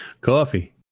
Coffee